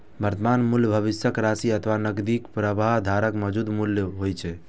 वर्तमान मूल्य भविष्यक राशि अथवा नकदी प्रवाहक धाराक मौजूदा मूल्य होइ छै